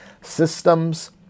Systems